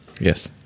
Yes